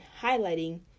highlighting